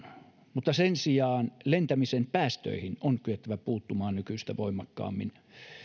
mutta sen sijaan lentämisen päästöihin on kyettävä puuttumaan nykyistä voimakkaammin